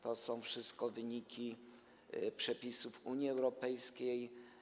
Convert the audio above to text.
To są wszystko wyniki przepisów Unii Europejskiej.